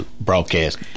broadcast